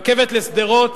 רכבת לשדרות,